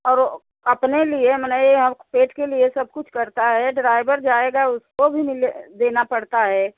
और अपने लिए मनई पेट लिए सब कुछ करता है ड्राइवर जाएगा उसको भी मिले देना पड़ता है